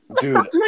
Dude